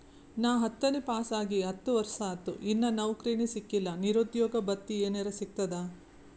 ನಾ ಹತ್ತನೇ ಪಾಸ್ ಆಗಿ ಹತ್ತ ವರ್ಸಾತು, ಇನ್ನಾ ನೌಕ್ರಿನೆ ಸಿಕಿಲ್ಲ, ನಿರುದ್ಯೋಗ ಭತ್ತಿ ಎನೆರೆ ಸಿಗ್ತದಾ?